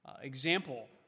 example